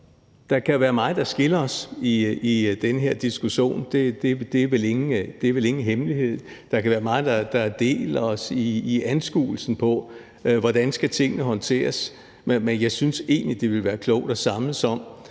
Der kan være meget, der skiller os i den her diskussion. Det er vel ingen hemmelighed. Der kan være meget, der deler os i anskuelse af, hvordan tingene skal håndteres. Men jeg synes egentlig, det ville være klogt at samles om,